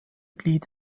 glied